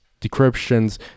decryptions